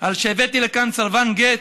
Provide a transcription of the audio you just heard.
על שהבאתי לכאן סרבן גט.